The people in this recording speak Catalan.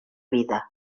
vida